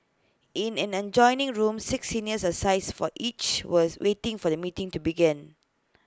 in an adjoining room six senior asides for each was waiting for the meeting to begin